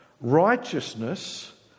Righteousness